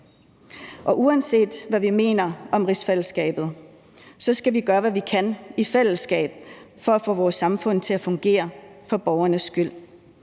Og uanset, hvad vi mener om rigsfællesskabet, så skal vi gøre, hvad vi kan, i fællesskab for at få vores samfund til at fungere for borgernes skyld.